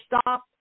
stop